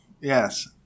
Yes